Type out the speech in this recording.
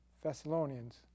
Thessalonians